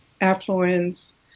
affluence